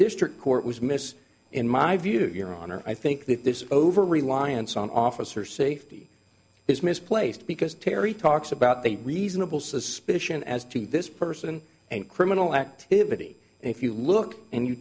district court was miss in my view your honor i think that this over reliance on officer safety is misplaced because terry talks about the reasonable suspicion as to this person and criminal activity and if you look and you